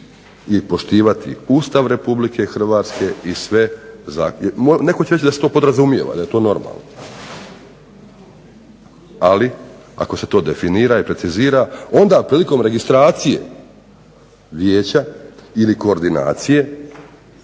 i poštivati Ustav RH i sve. Netko će reći da se to podrazumijeva, da je to normalno, ali ako se to definira i precizira onda prilikom registracije vijeća ili koordinacije